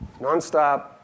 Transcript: nonstop